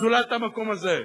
זולת המקום הזה,